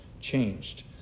changed